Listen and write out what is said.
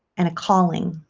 and a calling